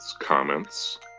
comments